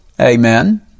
Amen